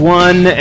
one